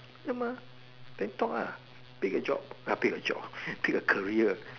ya lah then talk lah pick a job uh pick a job pick a career